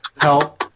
help